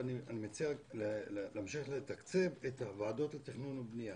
ואני מציע להמשיך לתקצב את הוועדות לתכנון והבנייה.